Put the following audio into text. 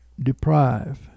deprive